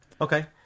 Okay